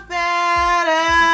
better